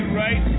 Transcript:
right